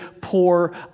poor